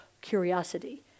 curiosity